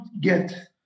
get